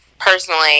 personally